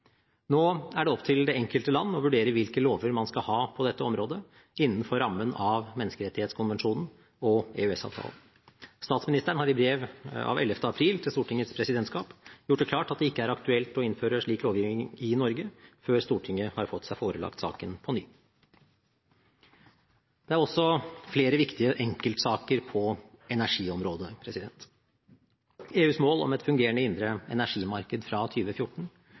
Nå er det opp til det enkelte land å vurdere hvilke lover man skal ha på dette området, innenfor rammen av Menneskerettighetskonvensjonen og EØS-avtalen. Statsministeren har i brev av 11. april til Stortingets presidentskap gjort det klart at det ikke er aktuelt å innføre slik lovgivning i Norge før Stortinget har fått seg forelagt saken på ny. Det er også flere viktige enkeltsaker på energiområdet. EUs mål om et fungerende indre energimarked fra